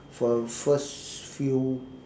for the first few